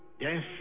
Death